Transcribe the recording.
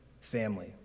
family